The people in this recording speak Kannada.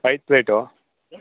ಐದು ಪ್ಲೇಟು